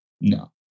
No